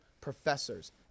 professors